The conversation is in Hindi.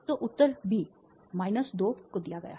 तो उत्तर बी 2 को दिया गया है